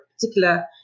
particular